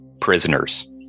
Prisoners